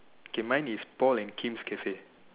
okay mine is Paul and Kim's cafe